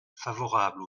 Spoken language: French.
favorable